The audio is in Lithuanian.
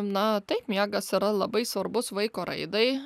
na taip miegas yra labai svarbus vaiko raidai